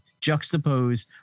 juxtapose